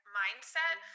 mindset